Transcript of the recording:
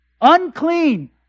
Unclean